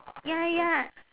ya ya